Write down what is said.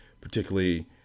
particularly